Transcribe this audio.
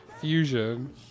fusion